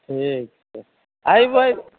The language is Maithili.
ठीक छै अयबै